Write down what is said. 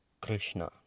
Krishna